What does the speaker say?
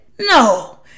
No